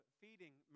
feeding